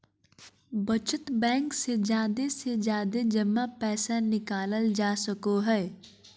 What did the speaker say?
बचत बैंक से जादे से जादे जमा पैसा निकालल जा सको हय